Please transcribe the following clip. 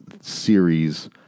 series